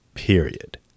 Period